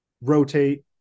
rotate